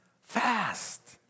Fast